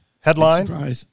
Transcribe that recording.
Headline